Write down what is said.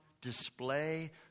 display